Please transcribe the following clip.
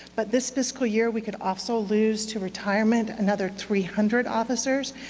but this fiscal year, we could also lose to retirement another three hundred officers.